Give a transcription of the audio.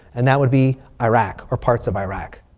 and that would be iraq. or parts of iraq.